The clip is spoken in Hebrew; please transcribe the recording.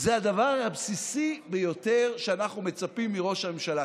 זה הדבר הבסיסי ביותר שאנחנו מצפים מראש הממשלה,